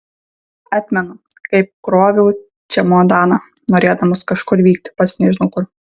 atmenu kaip kroviau čemodaną norėdamas kažkur vykti pats nežinau kur